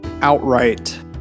outright